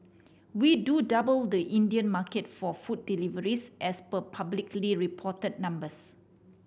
we do double the Indian market for food deliveries as per publicly report numbers